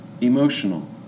Emotional